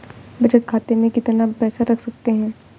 बचत खाते में कितना पैसा रख सकते हैं?